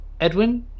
Edwin